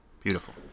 beautiful